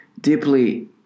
deeply